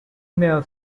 email